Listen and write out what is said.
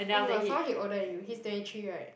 oh but some more he older than you he's twenty three [right]